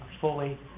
fully